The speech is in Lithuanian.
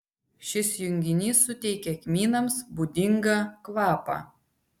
šis junginys suteikia kmynams būdingą kvapą